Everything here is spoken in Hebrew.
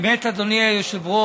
האמת, אדוני היושב-ראש,